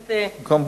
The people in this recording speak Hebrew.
הכנסת מיכאלי.